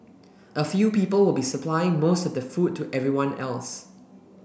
a few people will be supplying most of the food to everyone else